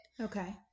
Okay